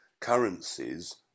currencies